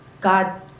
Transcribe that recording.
God